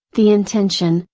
the intention,